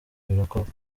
birakorwa